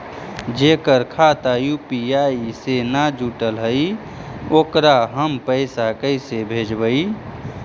जेकर खाता यु.पी.आई से न जुटल हइ ओकरा हम पैसा कैसे भेजबइ?